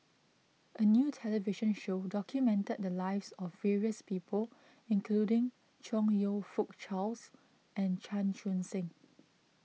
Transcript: a new television show documented the lives of various people including Chong You Fook Charles and Chan Chun Sing